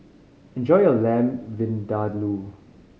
enjoy your Lamb Vindaloo